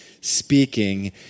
speaking